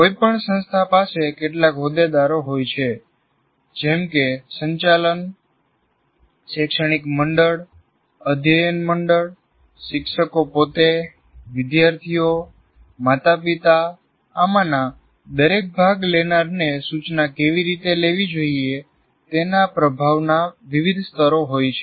કોઈપણ સંસ્થા પાસે કેટલાક હોદ્દેદારો હોય છે જેમ કે સંચાલન શૈક્ષણિકમંડળ અધ્યયન મંડળ શિક્ષકો પોતે વિદ્યાર્થીઓ માતાપિતા આમાંના દરેક ભાગ લેનારને સૂચના કેવી રીતે લેવી જોઈએ તેના પ્રભાવના વિવિધ સ્તરો હોય છે